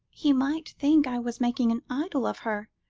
he might think i was making an idol of her,